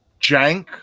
jank